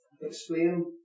explain